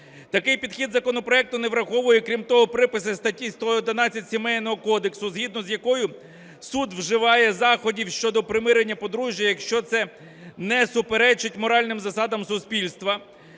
Такий підхід законопроекту не враховує, крім того, приписи статті 111 Сімейного кодексу, згідно з якою суд вживає заходів щодо примирення подружжя, якщо це не суперечить моральним засадам суспільства,